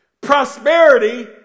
Prosperity